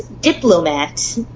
diplomat